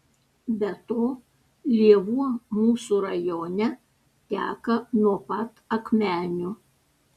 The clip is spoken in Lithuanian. be to lėvuo mūsų rajone teka nuo pat akmenių